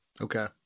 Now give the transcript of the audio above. Okay